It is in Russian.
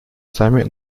сами